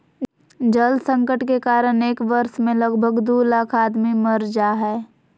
जल संकट के कारण एक वर्ष मे लगभग दू लाख आदमी मर जा हय